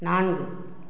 நான்கு